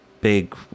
Big